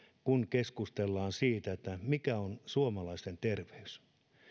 kun keskustellaan siitä mikä on suomalaisten terveys